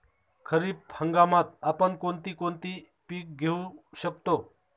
खरीप हंगामात आपण कोणती कोणती पीक घेऊ शकतो?